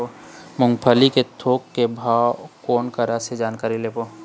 मूंगफली के थोक के भाव कोन करा से जानकारी लेबो?